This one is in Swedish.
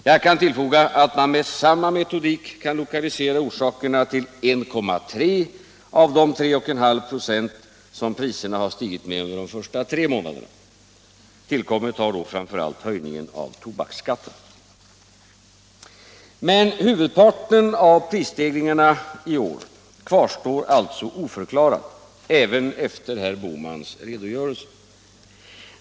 Jag kan tillfoga att man med samma metodik kan lokalisera orsakerna till 1,3 av de 3,5 96 som priserna har stigit under de första tre månaderna. Tillkommit har då framför allt höjningen av tobaksskatten. Men huvudparten av prisstegringarna i år kvarstår alltså oförklarad även efter herr Bohmans redogörelse.